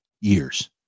years